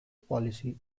policy